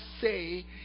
say